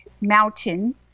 mountain